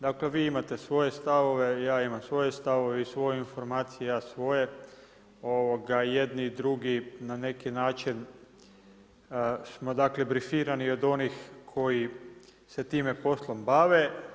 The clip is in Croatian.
Dakle vi imate svoje stavove, ja imam svoje stavove, vi svoje informacije, ja svoje i jedni i drugi na neki način smo brifirani od onih koji se tim poslom bave.